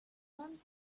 runs